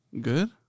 Good